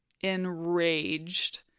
enraged